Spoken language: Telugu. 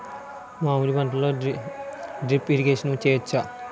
మామిడి పంటలో డ్రిప్ ఇరిగేషన్ చేయచ్చా?